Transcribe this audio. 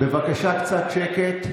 בבקשה קצת שקט.